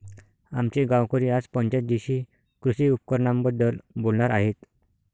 आमचे गावकरी आज पंचायत जीशी कृषी उपकरणांबद्दल बोलणार आहेत